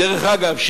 דרך אגב,